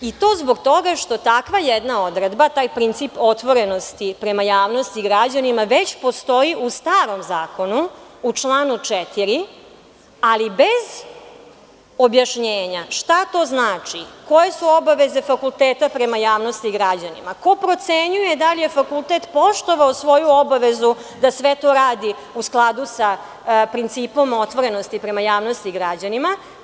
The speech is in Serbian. I to zbog toga što takva jedna odredba, taj princip otvorenosti prema javnosti građanima, već postoji u starom zakonu, u članu 4. ali bez objašnjenja šta to znači, koje su obaveze fakulteta prema javnosti građanima, ko procenjuje da li je fakultet poštovao svoju obavezu da sve to radi u skladu sa principom otvorenosti prema javnosti građanima.